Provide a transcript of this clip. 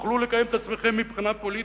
תוכלו לקיים את עצמכם מבחינה פוליטית?